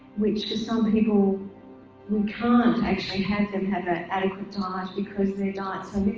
which for some people we can't actually have them have an adequate diet because their diet's